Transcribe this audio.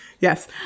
Yes